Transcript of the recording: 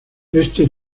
éste